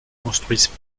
construisent